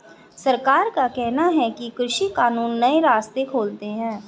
सरकार का कहना है कि कृषि कानून नए रास्ते खोलते है